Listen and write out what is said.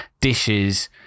dishes